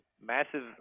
massive